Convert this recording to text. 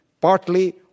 partly